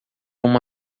uma